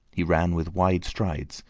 he ran with wide strides,